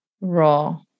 raw